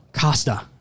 Costa